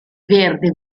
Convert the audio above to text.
verde